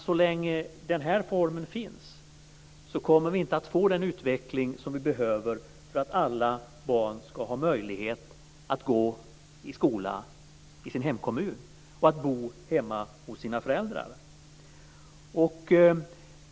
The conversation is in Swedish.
Så länge den här formen finns kommer vi inte att få den utveckling som vi behöver för att alla barn ska ha möjlighet att gå i skola i sin hemkommun och att bo hemma hos sina föräldrar.